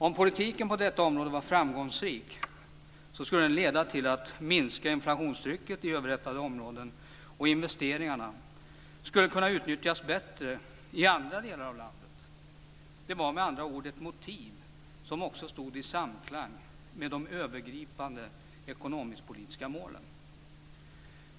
Om politiken på detta område var framgångsrik skulle den leda till att minska inflationstrycket i överhettade områden, och investeringarna skulle kunna utnyttjas bättre i andra delar av landet. Det var med andra ord ett motiv som också stod i samklang med de övergripande ekonomisk-politiska målen.